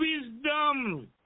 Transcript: wisdom